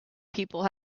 people